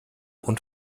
und